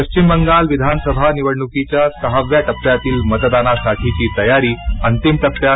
पबिम बंगाल विधानसभा निवडणुकीच्या सहाव्या टप्प्यातील मतदानासाठीची तयारी अंतिम टप्प्यात